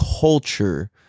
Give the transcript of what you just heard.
culture